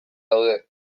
daude